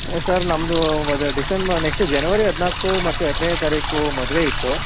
sir ನಮ್ಮದು ಮದುವೆ December next ಜನವರಿ ಹದಿನಾಲ್ಕು ಮತ್ತು ಹದಿನೈದು ತಾರೀಕು ಮದುವೆಯಿತ್ತು